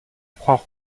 croix